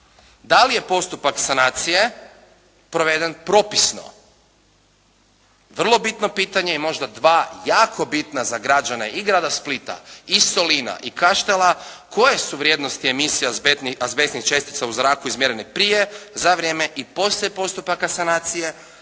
Da li je postupak sanacije proveden propisno? Vrlo bitno pitanje i možda dva jako bitna za građane i grada Splita i Solina i Kaštela koje su vrijednosti emisija azbestnih čestica u zraku izmjerenih prije, za vrijeme i poslije postupaka sanacije,